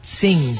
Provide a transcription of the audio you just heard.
sing